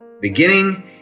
beginning